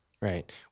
Right